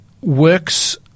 works